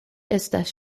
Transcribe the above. estas